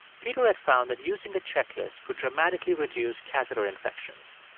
peter had found that using a checklist could dramatically reduce catheter infections.